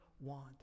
want